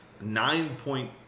nine-point